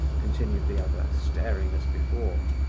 continued the other, staring as before.